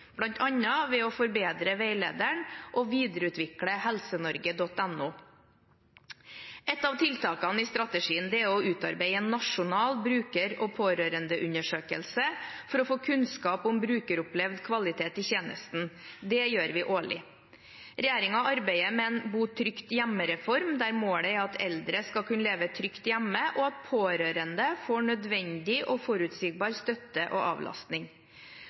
ved å forbedre veilederen og videreutvikle helsenorge.no. Et av tiltakene i strategien er å utarbeide en nasjonal bruker- og pårørendeundersøkelse for å få kunnskap om brukeropplevd kvalitet i tjenesten. Det gjør vi årlig. Regjeringen arbeider med en bo trygt hjemme-reform, der målet er at eldre skal kunne leve trygt hjemme, og at pårørende får nødvendig og forutsigbar støtte og avlastning.